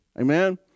Amen